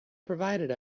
provided